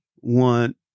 want